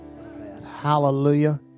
Hallelujah